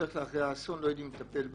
שבדרך כלל אחרי האסון לא יודעת לטפל בעצמה.